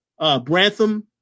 Brantham